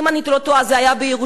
אם אני לא טועה זה היה בירושלים,